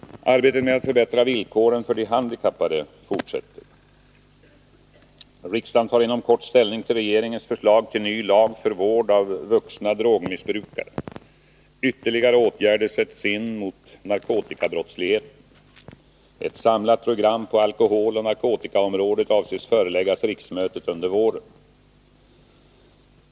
Arbetet med att förbättra villkoren för de handikappade fortsätter. Riksdagen tar inom kort ställning till regeringens förslag till ny lag för vård av vuxna drogmissbrukare. Ytterligare åtgärder sätts in mot narkotikabrottsligheten. Ett samlat program på alkoholoch narkotikaområdet avses föreläggas riksmötet under våren.